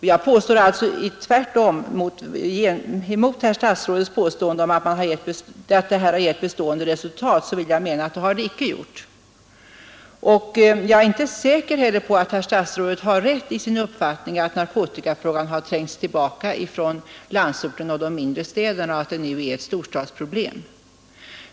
Herr statsrådet säger att tiopunktsprogrammet har gett bestående resultat, men jag påstår att det har det icke gjort Jag är inte heller säker på att herr statsrådet har rätt i sin uppfattning att narkotikatrafiken har trängts tillbaka från landsorten och de mindre städerna och nu enbart är ett storstadsproblem.